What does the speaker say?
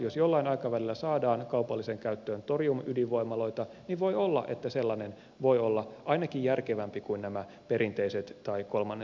jos jollain aikavälillä saadaan kaupalliseen käyttöön torium ydinvoimaloita niin voi olla että sellainen voi olla ainakin järkevämpi kuin nämä perinteiset tai kolmannen sukupolven ydinvoimalat